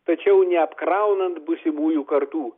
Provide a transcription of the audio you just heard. tačiau neapkraunant būsimųjų kartų